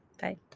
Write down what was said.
Bye